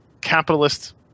capitalist